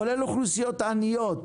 כולל אוכלוסיות עניות.